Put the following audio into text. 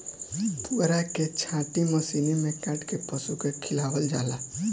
पुअरा के छाटी मशीनी में काट के पशु के खियावल जाला